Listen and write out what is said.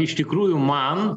iš tikrųjų man